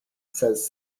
says